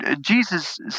Jesus